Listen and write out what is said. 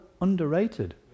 underrated